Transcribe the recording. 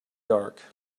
dark